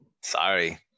sorry